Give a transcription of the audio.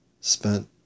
spent